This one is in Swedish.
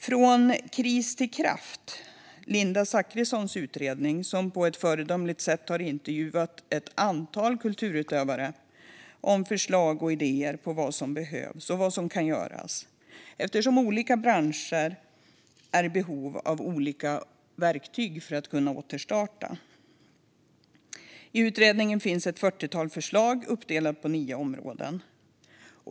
Från kris till kraft heter Linda Zachrisons utredning där ett antal kulturutövare på ett föredömligt sätt intervjuas om förslag och idéer på vad som behövs och vad som kan göras eftersom olika branscher är i behov av olika verktyg för att återstarta. I utredningen finns ett fyrtiotal förslag uppdelade på nio områden.